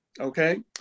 Okay